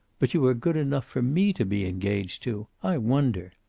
but you are good enough for me to be engaged to! i wonder!